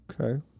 Okay